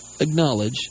acknowledge